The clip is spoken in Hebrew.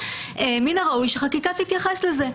מן הראוי שהחקיקה תתייחס לזה.